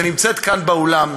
שנמצאת כאן באולם,